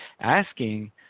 asking